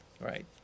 Right